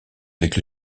avec